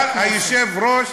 אבל היושב-ראש,